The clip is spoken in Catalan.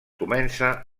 comença